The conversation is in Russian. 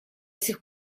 сих